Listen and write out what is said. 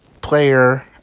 player